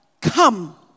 Come